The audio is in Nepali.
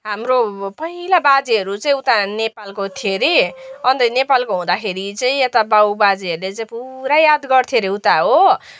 हाम्रो पहिला बाजेहरू चाहिँ उता नेपालको थिए अरे अन्त नेपालको हुँदाखेरि चाहिँ यता बाउ बाजेहरूले चाहिँ पुरा याद गर्थ्यो अरे उता हो